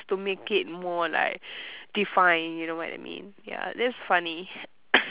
to make it more like define you know what I mean ya that's funny